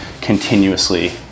continuously